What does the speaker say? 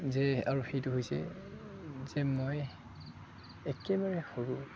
যে আৰু সেইটো হৈছে যে মই একেবাৰে সৰু